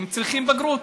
הם צריכים בגרות,